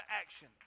action